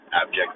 abject